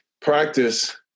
practice